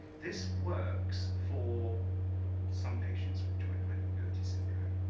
this works for some patients with joint hypermobility syndrome,